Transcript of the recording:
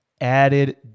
Added